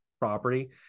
property